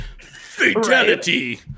Fatality